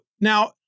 now